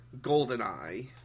Goldeneye